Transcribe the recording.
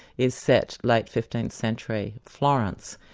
is set late fifteenth-century florence.